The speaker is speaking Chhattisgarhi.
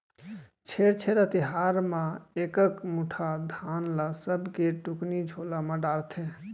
छेरछेरा तिहार म एकक मुठा धान ल सबके टुकनी झोला म डारथे